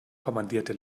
kommandierte